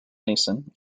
mason